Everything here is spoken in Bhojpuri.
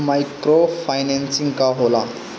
माइक्रो फाईनेसिंग का होला?